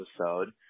episode